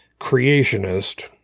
creationist